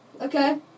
Okay